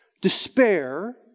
Despair